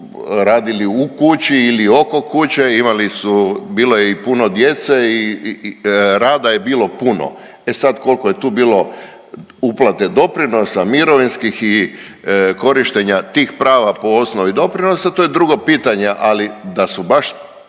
radili u kući ili oko kuće, imali su, bilo je i puno djece, rada je bilo puno. E sad, koliko je tu bilo uplate doprinosa, mirovinskih i korištenja tih prava po osnovi doprinosa to je drugo pitanje. Ali da su baš